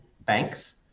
banks